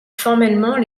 formellement